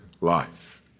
life